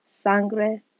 sangre